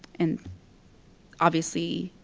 and obviously,